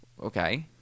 Okay